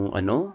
ano